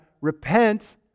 Repent